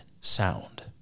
sound